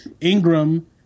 Ingram